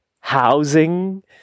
housing